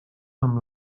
amb